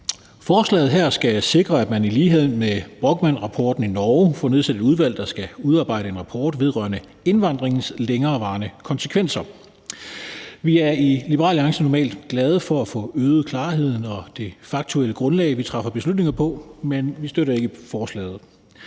Forslaget her skal sikre, at man som i Norge får nedsat et udvalg, der skal udarbejde en rapport i lighed med Brochmannrapporten vedrørende indvandringens længerevarende konsekvenser. Vi er i Liberal Alliance normalt glade for at få øget klarheden og det faktuelle grundlag, vi træffer beslutninger på, men vi støtter ikke forslaget.